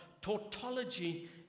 tautology